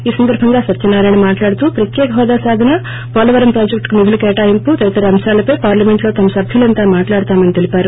ఈ సందర్బంగా సత్యనారాయణ మాట్లాడుతూ ప్రత్యేక హోదా సాధన పోలవరం ప్రాజెక్టుకు నిధుల కేటాయింపు తదితర అంశాలపై పార్లమెంట్లో తమ సభ్యులంతా మాట్లాడుతామని తెలిపారు